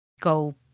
go